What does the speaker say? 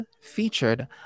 featured